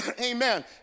amen